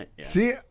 See